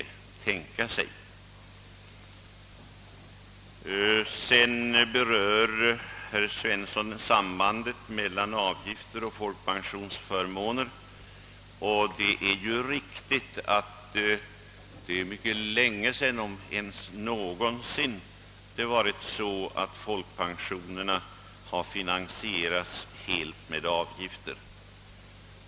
Herr Svensson berörde sambandet mellan folkpensionsavgifter och folkpensionsförmåner, och det är riktigt att det är mycket länge sedan — om det ens någonsin har varit så som folkpensionerna finansierades helt med avgifter.